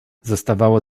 zostawało